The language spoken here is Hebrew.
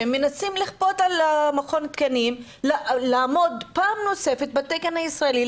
שמנסים לכפות על מכון התקנים לעמוד פעם נוספת בתקן הישראלי,